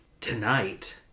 Tonight